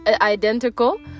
identical